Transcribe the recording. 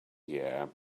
year